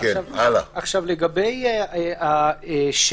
לגבי 6